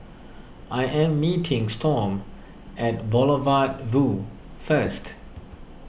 I am meeting Storm at Boulevard Vue first